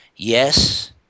Yes